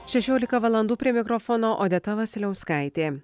šešiolika valandų prie mikrofono odeta vasiliauskaitė